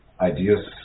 ideas